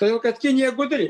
todėl kad kinija gudri